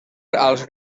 als